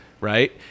right